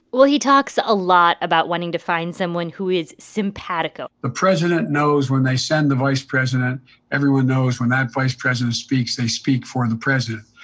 well, he talks a lot about wanting to find someone who is simpatico the president knows when they send the vice president everyone knows when that vice president speaks, they speak for and the president.